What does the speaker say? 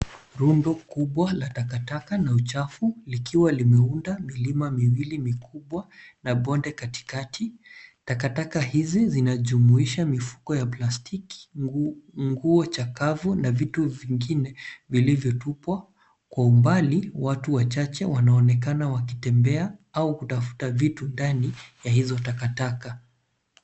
Rundo kubwa la takataka na uchafu likiwa limeunda milima miwili mikubwa na mabonge katikati. Takataka hizi zinajumuisha mifuko ya plastiki, nguo chakavu na vitu vingine vilivyotupwa. Kwa umbali ,watu wachache wanaonekana wakitembea au kutafuta vitu ndani ya hizo takataka.